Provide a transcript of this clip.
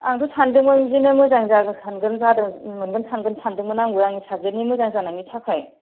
आंथ' सानदोंमोन बिदिनो मोजां जागोन सानगोन जादों मोनगोन सानगोन सानदोंमोन आंबो आंनि साबजेक्टनि मोजां जानायनि थाखाय